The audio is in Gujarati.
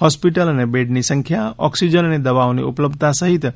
હોસ્પિટલ અને બેડની સંખ્યા ઓક્સિજન અને દવાઓની ઉપલબ્ધતા સહિત